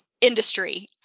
industry